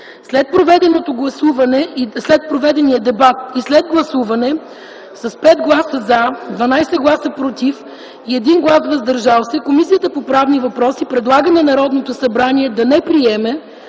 След проведения дебат и след гласуване с 5 гласа „за”, 12 гласа „против” и 1 глас „въздържал се” Комисията по правни въпроси предлага на Народното събрание да не приеме